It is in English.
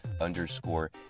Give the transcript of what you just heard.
underscore